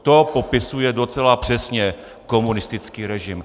To popisuje docela přesně komunistický režim.